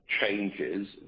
changes